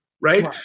right